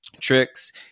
tricks